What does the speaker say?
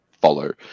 follow